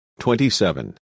27